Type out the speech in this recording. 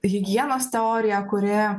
higienos teorija kuri